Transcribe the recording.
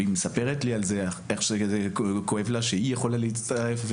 והיא מספרת לי על זה איך שזה כואב לה שהיא יכולה להצטרף,